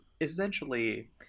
essentially